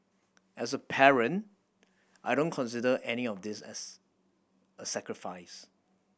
as a parent I don't consider any of this S a sacrifice